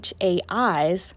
HAIs